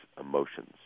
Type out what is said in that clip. emotions